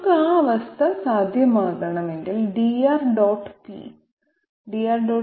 നമുക്ക് ആ അവസ്ഥ സാധ്യമാകണമെങ്കിൽ dR